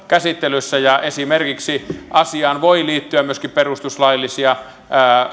käsittelyssä ja esimerkiksi asiaan voi liittyä myöskin perustuslaillisia